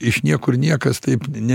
iš niekur niekas taip ne